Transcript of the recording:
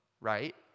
right